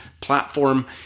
platform